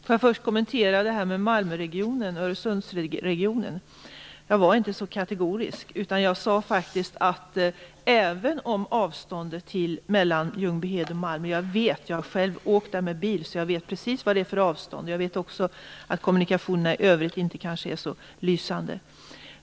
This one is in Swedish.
Fru talman! Låt mig först kommentera det här med Malmö och Öresundsregionen. Jag var inte så kategorisk. Jag har själv åkt med bil mellan Ljungbyhed och Malmö så jag vet precis vad det är för avstånd, och jag vet också att kommunikationerna i övrigt kanske inte är så lysande.